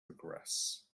progress